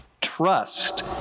trust